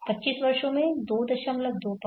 25 वर्षों में 225 338 35